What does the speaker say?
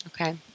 okay